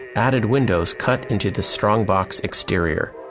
added windows cut into the strong box exterior.